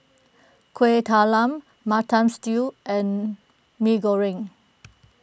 Kueh Talam Mutton Stew and Mee Goreng